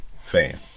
fan